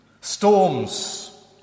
Storms